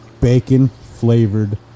bacon-flavored